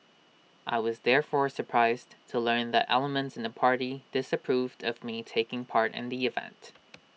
I was therefore surprised to learn that elements in the party disapproved of me taking part in the event